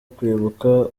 kwibuka